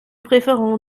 préférons